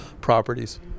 properties